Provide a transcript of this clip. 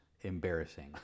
embarrassing